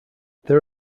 there